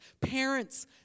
Parents